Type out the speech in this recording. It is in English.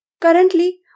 Currently